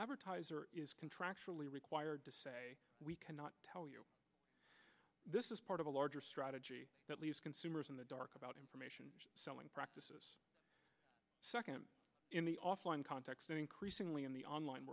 advertiser is contractually required to say we cannot tell you this is part of a larger strategy that leaves consumers in the dark about information selling practices second in the offline context and increasingly in the online